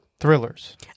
thrillers